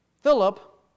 Philip